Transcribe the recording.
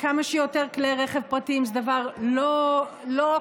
כמה שיותר כלי רכב פרטיים זה דבר לא קיים,